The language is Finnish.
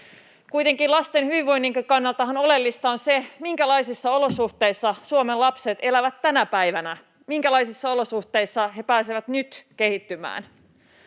Kuitenkin lasten hyvinvoinninkin kannaltahan oleellista on se, minkälaisissa olosuhteissa Suomen lapset elävät tänä päivänä, minkälaisissa olosuhteissa he pääsevät nyt kehittymään.